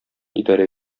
идарә